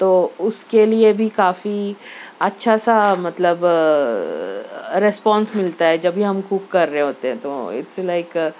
تو اُس کے لئے بھی کافی اچھا سا مطلب رسپونس مِلتا ہے جب بھی ہم کوک کر رہے ہوتے ہیں تو اِٹس لائک